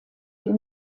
dem